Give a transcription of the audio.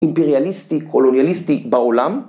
אימפריאליסטי, קולוניאליסטי בעולם?